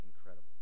incredible